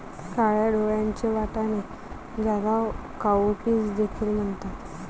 काळ्या डोळ्यांचे वाटाणे, ज्याला काउपीस देखील म्हणतात